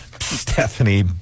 Stephanie